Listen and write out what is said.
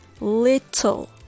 little